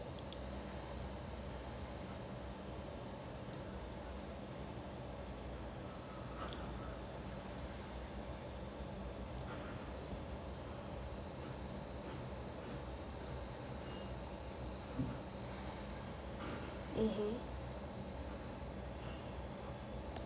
(uh huh)